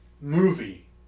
movie